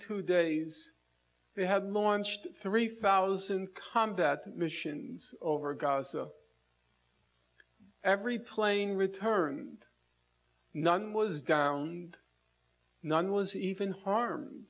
two days they had launched three thousand combat missions over gaza every plane returned none was downed none was even harm